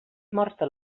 morta